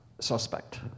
suspect